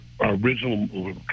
original